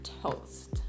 toast